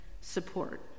support